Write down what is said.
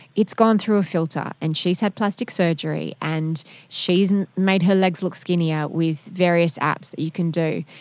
it's gone through a filter and she's had plastic surgery and she's and made her legs look skinnier with various apps that you can do.